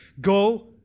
go